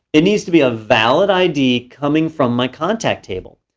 it needs to be a valid id coming from my contact table.